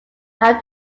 have